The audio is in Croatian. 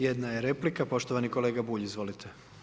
Jedna je replika, poštovani kolega Bulj, izvolite.